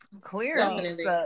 Clearly